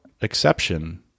exception